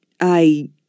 I